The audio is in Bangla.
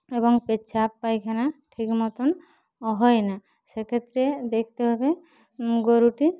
এবং পেচ্ছাব পায়খানা ঠিক মতন হয় না সেক্ষেত্রে দেখতে হবে গরুটি